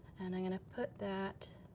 and i'm gonna put that,